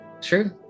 True